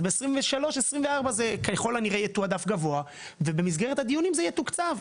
אז ב-23-24 זה ככול הנראה יתועדף גבוה ובמסגרת הדיונים זה יתוקצב.